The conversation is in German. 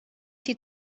sie